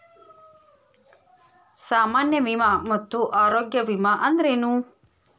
ಸಾಮಾನ್ಯ ವಿಮಾ ಮತ್ತ ಆರೋಗ್ಯ ವಿಮಾ ಅಂದ್ರೇನು?